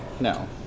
no